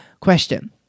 question